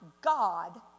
God